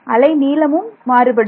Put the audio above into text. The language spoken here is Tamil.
அலை நீளமும் மாறுபடும்